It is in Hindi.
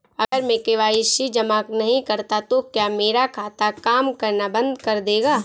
अगर मैं के.वाई.सी जमा नहीं करता तो क्या मेरा खाता काम करना बंद कर देगा?